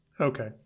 Okay